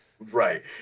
Right